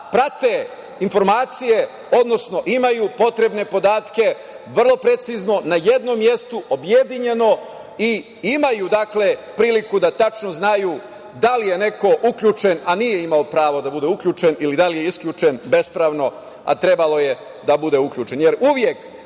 prate informacije, odnosno imaju potrebne podatke vrlo precizno na jednom mestu, objedinjeno i imaju priliku da tačno znaju da li je neko uključen, a nije imao pravo da bude uključen, odnosno da li je isključen bespravno, a trebalo je da bude uključen.